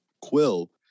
Quill